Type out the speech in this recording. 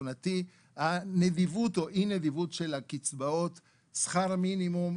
תזונתי; הנדיבות או האי-נדיבות של קצבאות; שכר המינימום,